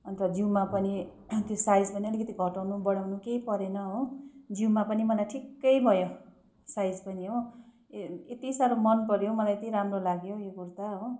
अन्त जिउमा पनि त्यो साइज पनि अलिकति घटाउनु बढाउनु केही परेन हो जिउमा पनि मलाई ठिक्कै भयो साइज पनि हो ए यति साह्रो मनपर्यो मलाई यति राम्रो लाग्यो यो कुर्ता हो